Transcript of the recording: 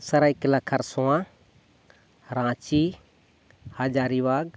Saraikela Kharsawan Ranchi Hazaribagh